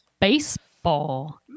baseball